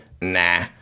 nah